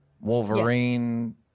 Wolverine